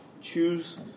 Choose